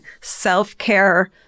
self-care